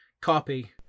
copy